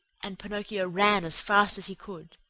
and pinocchio ran as fast as he could.